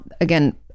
again